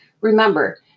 Remember